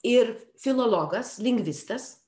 ir filologas lingvistas